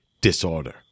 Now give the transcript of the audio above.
Disorder